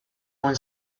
one